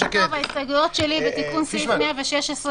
ההסתייגויות שלי: בתיקון סעיף 116,